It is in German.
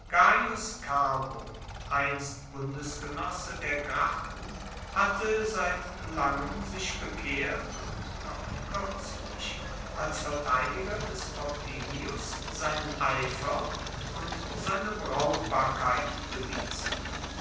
einst bundesgenosse der gracchen hatte seit langem sich bekehrt und noch kürzlich als verteidiger des opimius seinen eifer und seine brauchbarkeit bewiesen